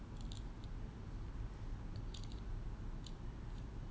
um this is a difficult question